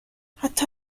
حتی